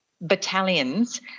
battalions